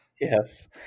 Yes